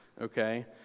okay